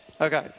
Okay